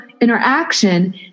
interaction